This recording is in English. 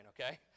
okay